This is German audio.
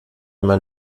man